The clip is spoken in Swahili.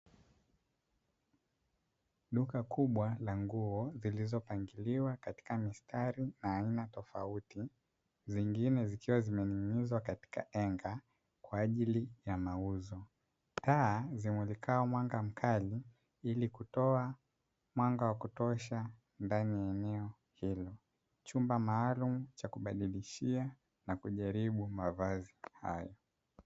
Duka kubwa la nguo zilizopangiliwa katika mistari na aina tofauti, zingine zikiwa zimening'inizwa katika henga kwa ajili ya mauzo. Taa zimulikao mwanga mkali ili kutoa mwanga wa kutosha ndani eneo hilo, chumba maalumu cha kubadilishia na kujaribu mavazi hayo.